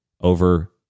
over